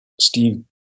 steve